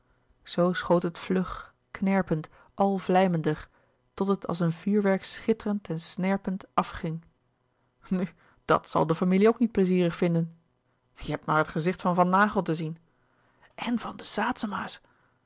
zoo schoot het vlug knerpend al vlijmender tot het als een vuurwerk schitterend en snerpend afging nu dàt zal de familie ook niet pleizierig vinden je hebt maar het gezicht van van naghel te zien en van de saetzema's